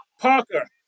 Parker